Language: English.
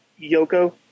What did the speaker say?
Yoko